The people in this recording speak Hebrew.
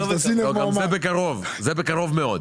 39001 - משרד התקשורת.